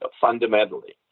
fundamentally